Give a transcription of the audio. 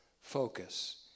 focus